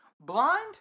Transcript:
blind